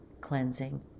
cleansing